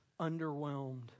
underwhelmed